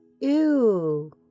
Ew